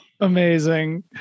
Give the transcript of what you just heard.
Amazing